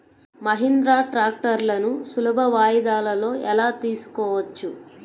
మహీంద్రా ట్రాక్టర్లను సులభ వాయిదాలలో ఎలా తీసుకోవచ్చు?